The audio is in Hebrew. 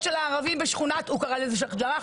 של הערבים הוא קרא לזה שייח' ג'ראח,